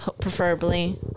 preferably